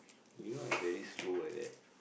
you know I very slow like that